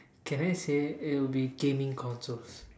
can I say it'll be gaming consoles